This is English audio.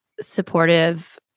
supportive